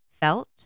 felt